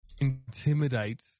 intimidate